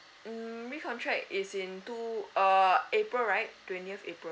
mm recontract is in two uh april right twentieth april